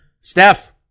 Steph